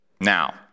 Now